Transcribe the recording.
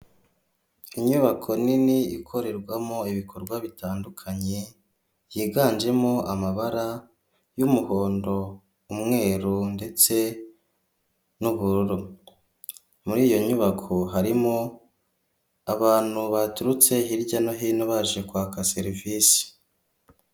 Inyubako nini ikorerwamo ibikorwa bitandukanye, yiganjemo amabara y'umuhondo umweru ndetse n'ubururu muri iyo nyubako harimo abantu baturutse hirya no hino baje kwaka serivisi.